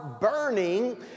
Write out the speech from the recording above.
burning